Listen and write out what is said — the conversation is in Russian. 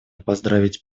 поздравить